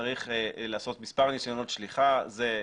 שצריך לעשות מספר ניסיונות שליחה, זה סביר,